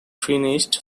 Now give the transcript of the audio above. finished